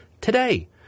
today